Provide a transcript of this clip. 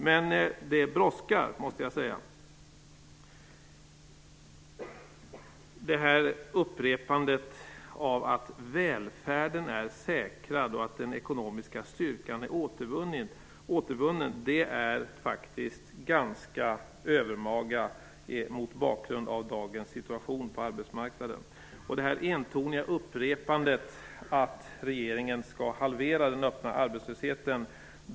Men det brådskar, måste jag säga. Upprepandet av att välfärden är säkrad och att den ekonomiska styrkan är återvunnen är ganska övermaga mot bakgrund av dagens situation på arbetsmarknaden. Det upprepas entonigt att regeringen skall halvera den öppna arbetslösheten.